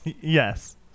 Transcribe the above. Yes